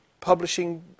publishing